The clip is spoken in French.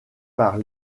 par